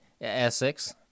Essex